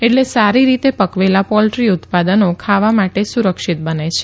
એટલે સારી રીતે પકવેલા પોલ્દ્રી ઉત્પાદનો ખાવા માટે સુરક્ષિત બને છે